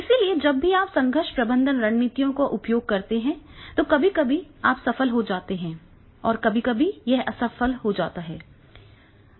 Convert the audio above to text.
इसलिए जब भी आप संघर्ष प्रबंधन रणनीतियों का उपयोग करते हैं तो कभी कभी आप सफल हो जाते हैं कभी कभी यह असफल हो जाता है